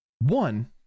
One